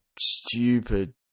stupid